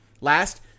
Last